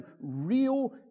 real